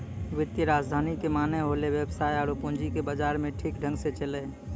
वित्तीय राजधानी के माने होलै वेवसाय आरु पूंजी के बाजार मे ठीक ढंग से चलैय